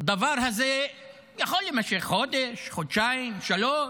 הדבר הזה יכול להימשך חודש, חודשיים, שלושה,